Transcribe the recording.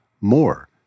more